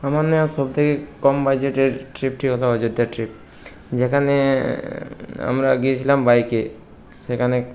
আমার নেওয়া সবথেকে কম বাজেটের ট্রিপটি হল অযোধ্যা ট্রিপ যেখানে আমরা গিয়েছিলাম বাইকে সেখানে